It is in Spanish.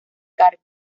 carga